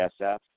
SF